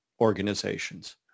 organizations